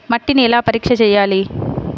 మట్టిని ఎలా పరీక్ష చేయాలి?